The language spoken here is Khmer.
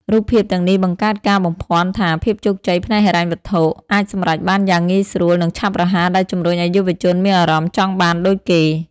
រូបភាពទាំងនេះបង្កើតការបំភាន់ថាភាពជោគជ័យផ្នែកហិរញ្ញវត្ថុអាចសម្រេចបានយ៉ាងងាយស្រួល និងឆាប់រហ័ស ដែលជំរុញឱ្យយុវជនមានអារម្មណ៍ចង់បានដូចគេ។